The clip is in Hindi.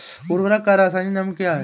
उर्वरक का रासायनिक नाम क्या है?